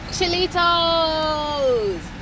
Chilitos